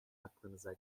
aklınıza